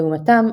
לעומתם,